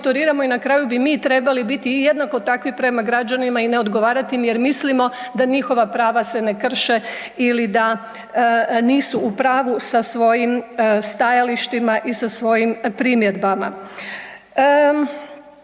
i na kraju bi mi trebali biti jednako takvi prema građanima i ne odgovarati im jer mislimo da njihova prava se ne krše ili da nisu u pravu sa svojim stajalištima i sa svojim primjedbama.